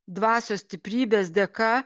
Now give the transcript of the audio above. dvasios stiprybės dėka